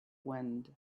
wind